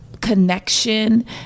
connection